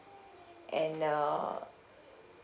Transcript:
and uh